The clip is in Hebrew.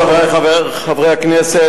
חברי חברי הכנסת,